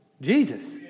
Jesus